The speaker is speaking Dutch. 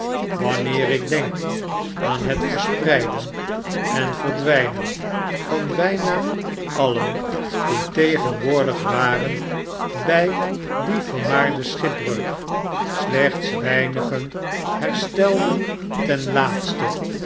wanneer ik denk aan het verspreiden en verdwynen van bijna alien die tegenwoordig waren by die vermaarde schipbreuk slechts weinigen herstelden ten laatste